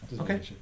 Okay